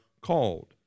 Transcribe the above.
called